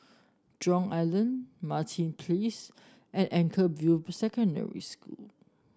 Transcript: Jurong Island Martin Place and Anchorvale Secondary School